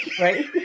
right